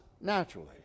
naturally